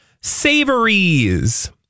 Savories